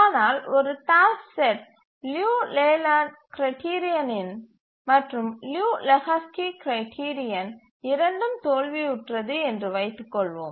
ஆனால் ஒரு task set Liu Layland criterion மற்றும் லியு லெஹோஸ்கி கிரைட்டீரியன் இரண்டும் தோல்வியுற்றது என்று வைத்துக்கொள்வோம்